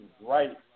right